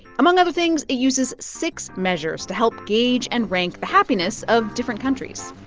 among other things, it uses six measures to help gauge and rank the happiness of different countries.